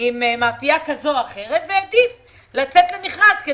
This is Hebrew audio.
עם מאפייה כזו או אחרת והעדיף לצאת למכרז.